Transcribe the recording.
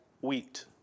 wheat